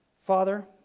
Father